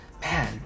Man